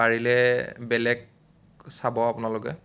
পাৰিলে বেলেগ চাব আপোনালোকে